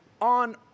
on